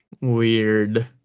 Weird